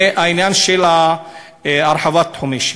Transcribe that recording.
מהעניין של הרחבת תחומי השיפוט.